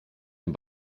den